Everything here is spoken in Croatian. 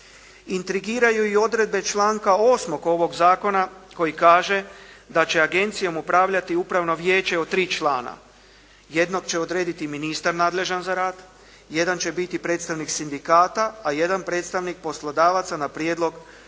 Intrigiraju i odredbe članka 8. ovog zakona koji kaže da će agencijom upravljati upravno vijeće od 3 člana. Jednog će odrediti ministar nadležan za rad, jedan će biti predstavnik Sindikata, a jedan predstavnik poslodavaca na prijedlog